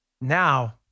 Now